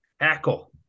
tackle